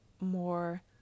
more